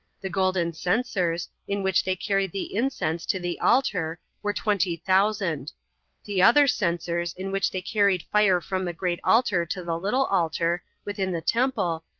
the golden censers, in which they carried the incense to the altar, were twenty thousand the other censers, in which they carried fire from the great altar to the little altar, within the temple,